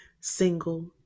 single